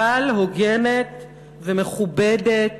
אבל הוגנת ומכובדת,